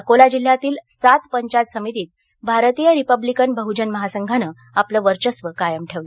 अकोला जिल्ह्यातील सात पंचायत समितीत भारतीय रिपब्लिकन बहजन महासंघाने आपले वर्घस्व कायम ठेवले